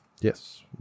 Yes